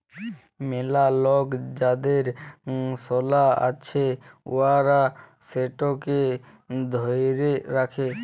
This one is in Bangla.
ম্যালা লক যাদের সলা আছে উয়ারা সেটকে ধ্যইরে রাখে